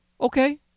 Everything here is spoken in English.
Okay